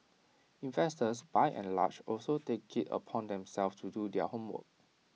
investors by and large also take IT upon themselves to do their homework